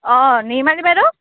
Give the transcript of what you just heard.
অঁ নিৰ্মালী বাইদেউ